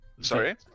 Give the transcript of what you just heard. Sorry